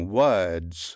words